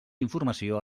informació